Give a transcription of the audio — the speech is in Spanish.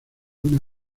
una